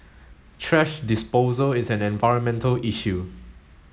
thrash disposal is an environmental issue